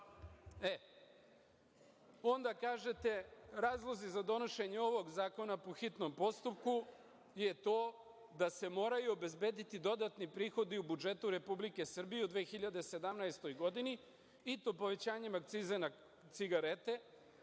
kažete, razlozi za donošenje ovog zakona po hitnom postupku je to da se moraju obezbediti dodatni prihodi u budžetu Republike Srbije u 2017. godini i to povećanjem akciza na cigarete